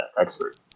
expert